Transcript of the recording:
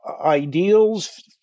ideals